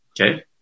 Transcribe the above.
Okay